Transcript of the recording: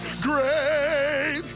Great